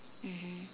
mmhmm